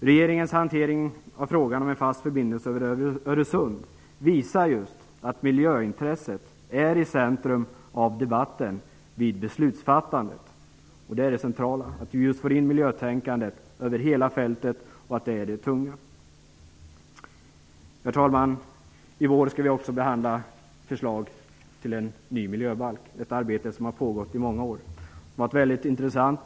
Regeringens hantering av frågan om en fast förbindelse över Öresund visar just att miljöintresset står i centrum av debatten vid beslutsfattandet. Det centrala är att vi får in miljötänkandet över hela fältet och att det väger tungt. Herr talman! I vår skall vi också behandla förslag till en ny miljöbalk. Det är ett arbete som har pågått i många år och som har varit väldigt intressant.